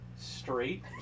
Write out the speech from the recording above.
straight